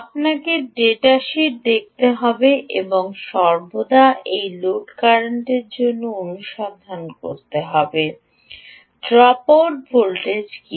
আপনাকে ডেটা শীটটি দেখতে হবে এবং সর্বদা এই লোড কারেন্টের জন্য অনুসন্ধান করতে হবে ড্রপআউট ভোল্টেজ কী